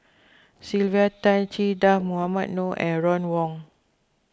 Sylvia Tan Che Dah Mohamed Noor and Ron Wong